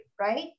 right